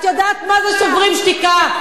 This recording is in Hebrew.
את יודעת מה זה "שוברים שתיקה"?